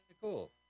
cool